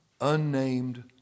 unnamed